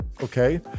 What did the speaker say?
Okay